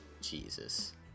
jesus